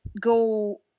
go